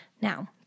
Now